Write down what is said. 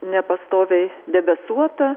nepastoviai debesuota